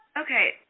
Okay